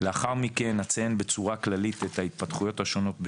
לאחר מכן אציין בצורה כללית את ההתפתחויות השונות,